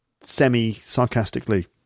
semi-sarcastically